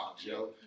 yo